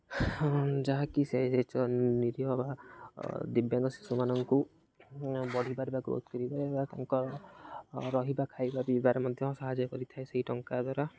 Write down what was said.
ଯାହାକି ସେ ଯେଉଁ ନିରହ ବା ଦିବ୍ୟାଙ୍ଗ ଶିଶୁମାନଙ୍କୁ ବଢ଼ିପାରିବା ଗ୍ରୋଥ୍ କରିପାରିବା ତାଙ୍କ ରହିବା ଖାଇବା ପିଇବାରେ ମଧ୍ୟ ସାହାଯ୍ୟ କରିଥାଏ ସେହି ଟଙ୍କା ଦ୍ୱାରା